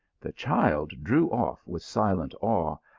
the child drew off with silent awe,